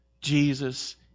Jesus